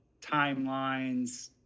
timelines